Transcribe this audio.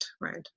right